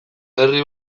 herri